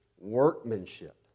workmanship